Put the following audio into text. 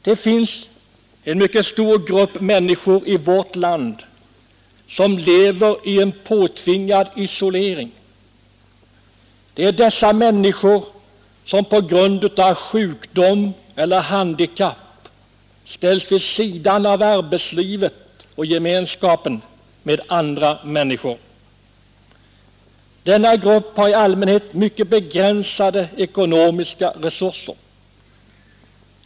Det finns en mycket stor grupp människor i vårt land som lever i en påtvingad isolering. Det är de människor som på grund av sjukdom eller handikapp ställs vid sidan om arbetslivet och gemenskapen med andra människor. Denna grupp har i allmänhet mycket begränsade ekonomiska resurser.